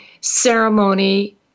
ceremony